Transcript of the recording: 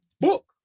book